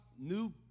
new